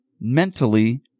mentally